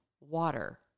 water